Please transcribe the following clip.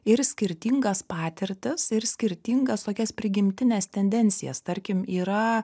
ir skirtingas patirtis ir skirtingas tokias prigimtines tendencijas tarkim yra